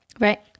Right